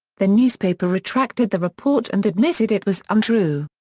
the newspaper retracted the report and admitted it was untrue.